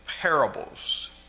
parables